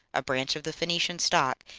a branch of the phoenician stock,